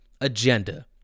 agenda